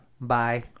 Bye